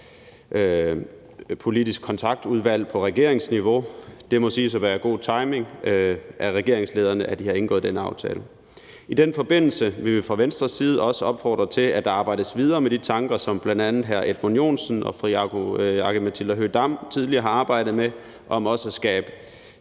forsvarspolitisk kontaktudvalg på regeringsniveau, og det må siges at være god timing af regeringslederne, at de har indgået den aftale. I den forbindelse vil vi fra Venstres side også opfordre til, at der arbejdes videre med de tanker, som bl.a. hr. Edmund Joensen og fru Aki-Matilda Høegh-Dam tidligere har arbejdet med, om også at skabe